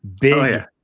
Big